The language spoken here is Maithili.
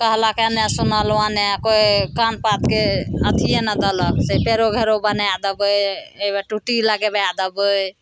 कहलक एन्ने सुनल ओन्ने कोइ कान पातके अथीये नहि देलक से पेरो घेरो बनाए देबै एहिबेर टुटी लगबए देबै